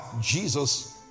Jesus